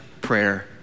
prayer